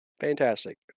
Fantastic